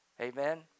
amen